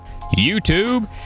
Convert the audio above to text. YouTube